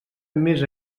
més